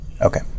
Okay